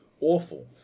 awful